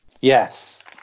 yes